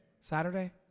Saturday